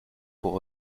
pour